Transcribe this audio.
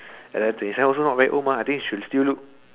and then twenty seven also not very old mah I think should still look